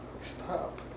Stop